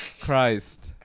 Christ